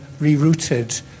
rerouted